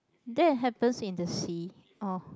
that it happens in the sea orh